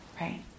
right